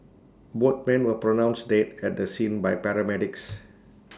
both men were pronounced dead at the scene by paramedics